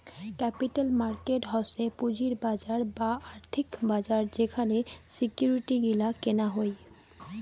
capital market হসে পুঁজির বাজার বা আর্থিক বাজার যেখানে সিকিউরিটি গিলা কেনা হই